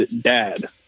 dad